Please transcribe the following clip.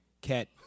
Cat